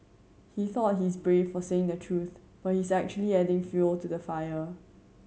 he thought he's brave for saying the truth but he's actually adding fuel to the fire